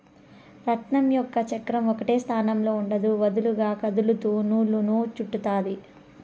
రాట్నం యొక్క చక్రం ఒకటే స్థానంలో ఉండదు, వదులుగా కదులుతూ నూలును చుట్టుతాది